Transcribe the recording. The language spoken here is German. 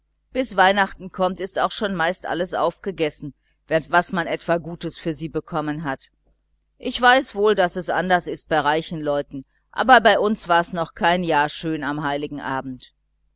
bis weihnachten kommt ist auch meist schon alles aufgegessen was man etwa gutes für sie bekommen hat ich weiß wohl daß es anders ist bei reichen leuten aber bei uns war's noch kein jahr schön am heiligen abend